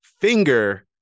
finger